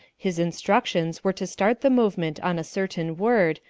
his instructions were to start the movement on a certain word,